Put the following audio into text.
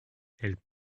elle